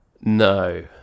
No